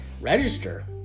register